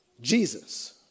Jesus